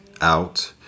out